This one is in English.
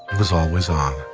was always on.